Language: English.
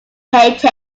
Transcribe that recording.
hate